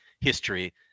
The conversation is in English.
history